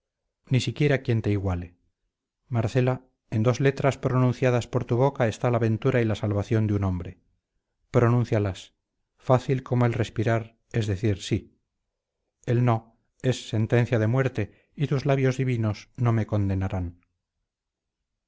ni siquiera quien te iguale marcela en dos letras pronunciadas por tu boca está la ventura y la salvación de un hombre pronúncialas fácil como el respirar es decir sí elno es sentencia de muerte y tus labios divinos no me condenarán